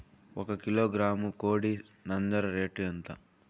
ఒక కిలోగ్రాము కోడి నంజర రేటు ఎంత?